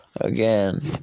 again